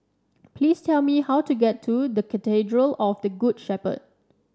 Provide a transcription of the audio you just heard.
please tell me how to get to Cathedral of the Good Shepherd